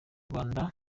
rwanda